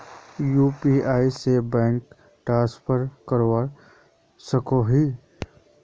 UPI से bank transfer करवा सकोहो ही?